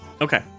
Okay